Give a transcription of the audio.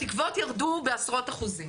התקוות ירדו בעשרות אחוזים.